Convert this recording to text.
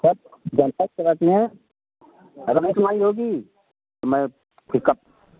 sir अगर नहीं सुनवाई होगी तो मैं फिर